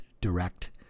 direct